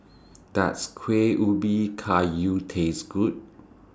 Does Kuih Ubi Kayu Taste Good